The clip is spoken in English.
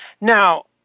Now